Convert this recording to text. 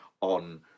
on